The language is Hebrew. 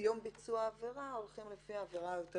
יום ביצוע העבירה היא לפי העבירה החמורה